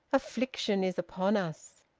affliction is upon us.